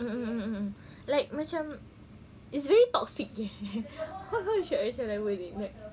mm mm mm like macam it's very toxic eh why would they share but